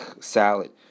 salad